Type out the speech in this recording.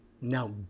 Now